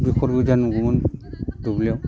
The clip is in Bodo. दैखर गोदान मोनगौमोन दुब्लियाव